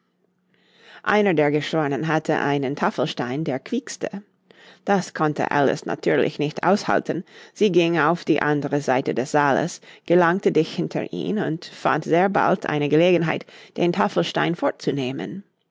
einer der geschwornen hatte einen tafelstein der quiekste das konnte alice natürlich nicht aushalten sie ging auf die andere seite des saales gelangte dicht hinter ihn und fand sehr bald eine gelegenheit den tafelstein fortzunehmen